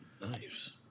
Nice